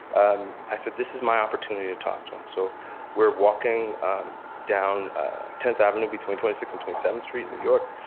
um i said, this is my opportunity to talk to him. so we're walking down tenth avenue between twenty sixth and twenty seventh street in new york,